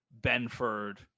Benford